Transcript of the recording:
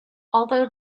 although